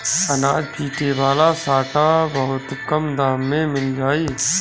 अनाज पीटे वाला सांटा बहुत कम दाम में मिल जाई